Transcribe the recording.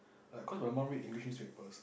like cause my mum read English newspapers